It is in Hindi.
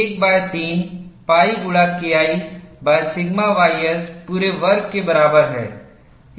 13 pi गुणा KI सिगमा ys पूरे वर्ग के बराबर हैं